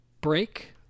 break